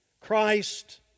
Christ